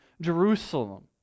Jerusalem